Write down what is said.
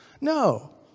No